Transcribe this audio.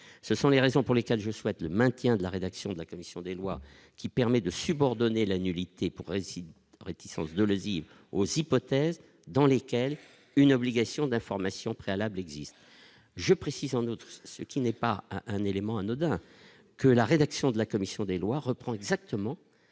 ce sont les raisons pour lesquelles je souhaite le maintien de la rédaction de la commission des lois, qui permet de subordonner la nullité pourquoi ici réticences Delaisi aux hypothèses dans lesquelles une obligation d'information préalable existe, je précise, en outre, ce qui n'est pas un élément anodin que la rédaction de la commission des lois, reprend exactement